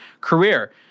career